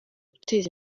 guteza